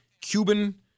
Cuban